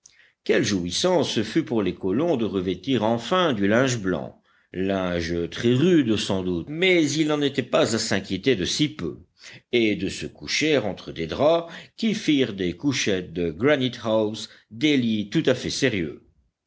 quelle jouissance ce fut pour les colons de revêtir enfin du linge blanc linge très rude sans doute mais ils n'en étaient pas à s'inquiéter de si peu et de se coucher entre des draps qui firent des couchettes de granite house des lits tout à fait sérieux